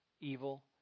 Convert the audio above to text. evil